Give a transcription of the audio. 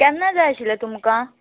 केन्ना जाय आशिल्लें तुमकां